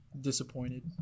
disappointed